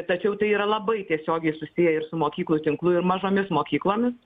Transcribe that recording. tačiau tai yra labai tiesiogiai susiję ir su mokyklų tinklu ir mažomis mokyklomis